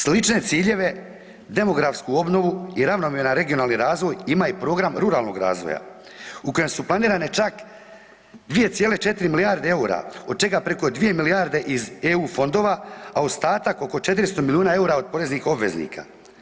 Slične ciljeve, demografsku obnovu i ravnomjeran regionalni razvoj ima i program ruralnog razvoja u kojem su planirane čak 2,4 milijarde eura, od čeka preko 2 milijarde iz EU fondova, a ostatak oko 400 milijuna eura od poreznih obveznika.